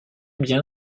bien